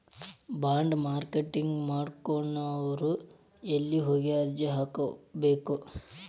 Bond marketing ಮಾಡ್ಬೇಕನ್ನೊವ್ರು ಯೆಲ್ಲೆ ಹೊಗಿ ಅರ್ಜಿ ಹಾಕ್ಬೆಕು?